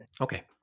okay